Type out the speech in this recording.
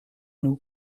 nous